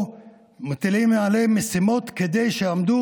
או מטילות עליהם משימות כדי שיעמדו